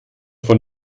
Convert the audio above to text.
von